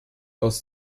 aus